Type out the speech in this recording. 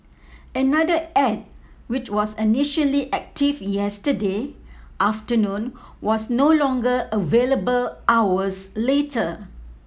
another ad which was initially active yesterday afternoon was no longer available hours later